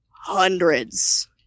hundreds